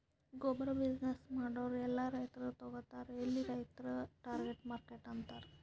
ಗೊಬ್ಬುರ್ ಬಿಸಿನ್ನೆಸ್ ಮಾಡೂರ್ ಎಲ್ಲಾ ರೈತರು ತಗೋತಾರ್ ಎಲ್ಲಿ ರೈತುರೇ ಟಾರ್ಗೆಟ್ ಮಾರ್ಕೆಟ್ ಆತರ್